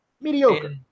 Mediocre